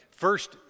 First